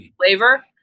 flavor